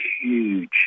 huge